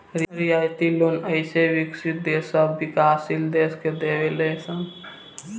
रियायती लोन अइसे विकसित देश सब विकाशील देश के देवे ले सन